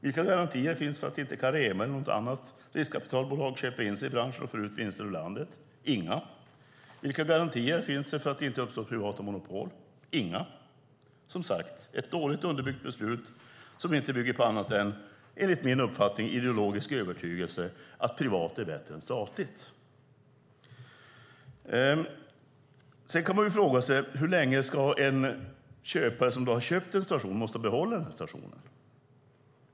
Vilka garantier finns för att inte Carema eller något annat riskkapitalbolag köper in sig i branschen och för ut vinster ut landet? Det finns inga. Vilka garantier finns för att det inte uppstår privata monopol? Det finns inga. Detta är som sagt ett dåligt underbyggt beslut som enligt min uppfattning inte bygger på annat än ideologisk övertygelse att privat är bättre än statligt. Man kan fråga sig hur länge en köpare som har köpt en station måste behålla den.